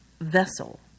vessel